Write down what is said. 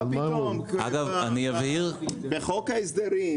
בחוק ההסדרים,